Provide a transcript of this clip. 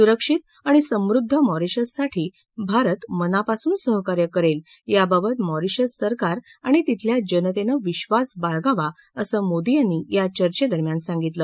सुरक्षित आणि समृद्ध मॉरिशससाठी भारत मनापासून सहकार्य करेल याबाबत मॉरिशस सरकार आणि तिथल्या जनतेनं विश्वास बाळगावा असं मोदी यांनी या चर्घेदरम्यान सांगितलं